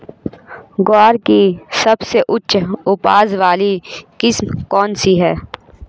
ग्वार की सबसे उच्च उपज वाली किस्म कौनसी है?